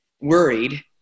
worried